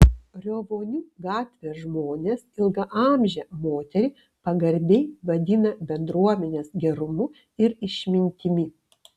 riovonių gatvės žmonės ilgaamžę moterį pagarbiai vadina bendruomenės gerumu ir išmintimi